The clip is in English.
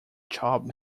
job